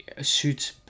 suits